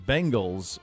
Bengals